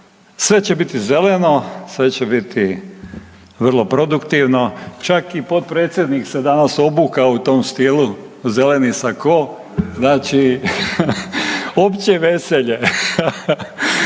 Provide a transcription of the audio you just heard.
Sve će biti zeleno, sve će biti vrlo produktivno, čak i potpredsjednik se danas obukao u tom stilu, zeleni sako, znači opće veselje.